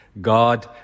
God